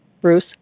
Bruce